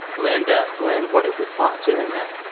linda, glen, what are your thoughts hearing that?